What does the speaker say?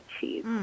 cheese